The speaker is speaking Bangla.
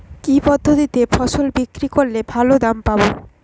কি পদ্ধতিতে ফসল বিক্রি করলে ভালো দাম পাব?